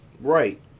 Right